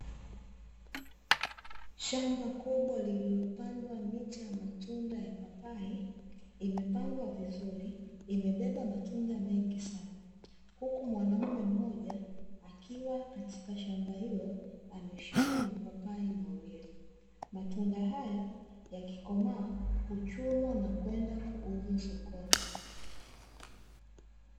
Shamba kubwa lililopandwa miti ya matunda ya papai, imepandwa vizuri, imebeba matunda mengi sana. Huku mwanaume mmoja akiwa katika shamba hilo, ameshika mapapai mawili. Matunda haya yakikomaa, huchumwa na kwenda kuuzwa sokoni.